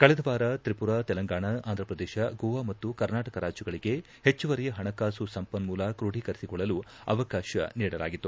ಕಳೆದ ವಾರ ತ್ರಿಪುರಾ ತೆಲಂಗಾಣ ಆಂಧ್ರಪ್ರದೇಶ ಗೋವಾ ಮತ್ತು ಕರ್ನಾಟಕ ರಾಜ್ಯಗಳಿಗೆ ಹೆಚ್ಚುವರಿ ಹಣಕಾಸು ಸಂಪನ್ನೂಲ ಕ್ರೋಢಿಕರಿಸಿಕೊಳ್ಳಲು ಅವಕಾಶ ನೀಡಲಾಗಿತ್ತು